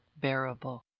bearable